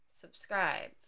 subscribe